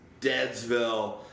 deadsville